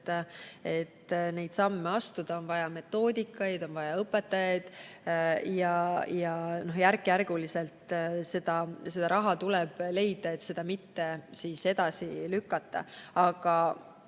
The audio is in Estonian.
et neid samme astuda, on vaja metoodikaid, on vaja õpetajaid ja järk-järgult see raha tuleb leida, et kõike mitte edasi lükata. Aga